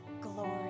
glory